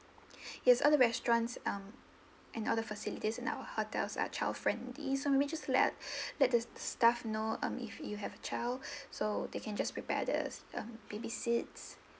yes all the restaurants mm and all the facilities in our hotels are child-friendly so maybe just let us let the staff know um if you have a child so they can just prepare the um baby seats